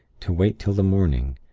to wait till the morning,